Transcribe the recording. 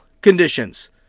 conditions